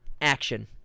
action